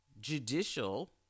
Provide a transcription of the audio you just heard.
judicial